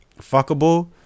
fuckable